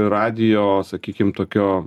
radijo sakykim tokio